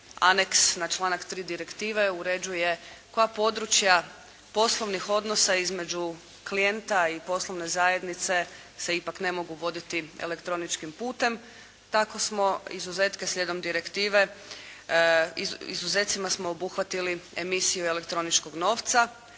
anex na članak 3. Direktive uređuje koja područja poslovnih odnosa između klijenta i poslovne zajednice se ipak ne mogu voditi elektroničkim putem. Tako smo izuzetke slijedom direktive, izuzecima smo obuhvatili emisiju elektroničkog novca,